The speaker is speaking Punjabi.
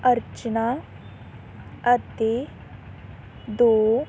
ਅਰਚਨਾ ਅਤੇ ਦੋ